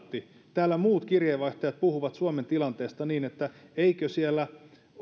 täällä muut kirjeenvaihtajat puhuvat suomen tilanteesta niin että eikö siellä